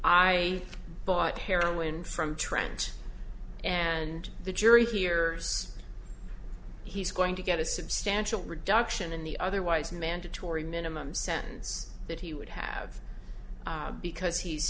i bought heroin from trent and the jury hears he's going to get a substantial reduction in the otherwise mandatory minimum sentence that he would have because he's